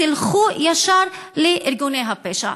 תלכו ישר לארגוני הפשע.